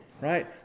Right